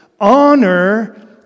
Honor